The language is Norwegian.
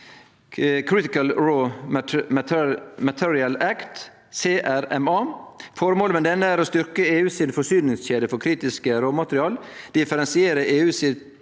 Critical Raw Materials Act, CRMA. Formålet med denne er å styrkje EU si forsyningskjede for kritiske råmateriale, differensiere EU sin